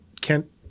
Kent